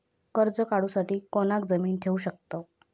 कर्ज काढूसाठी कोणाक जामीन ठेवू शकतव?